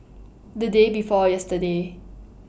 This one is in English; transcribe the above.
The Day before yesterday